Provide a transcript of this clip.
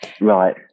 Right